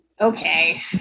okay